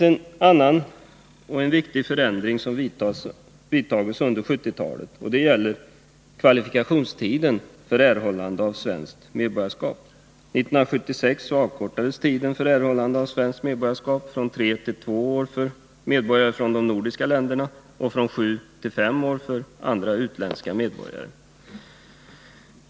En viktig förändring har vidtagits under 1970-talet. Den gäller kvalifikationstiden för erhållande av svenskt medborgarskap. År 1976 avkortades tiden för erhållande av svenskt medborgarskap från tre till två år för medborgare från de nordiska länderna och från sju till fem år för andra utländska medborgare.